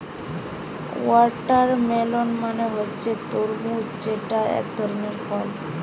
watermelon মানে হচ্ছে তরমুজ যেটা একধরনের ফল